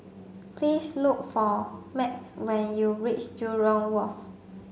please look for Mack when you reach Jurong Wharf